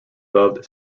loved